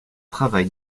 travail